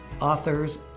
authors